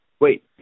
Wait